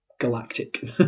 galactic